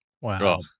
Wow